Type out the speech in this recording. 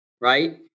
right